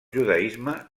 judaisme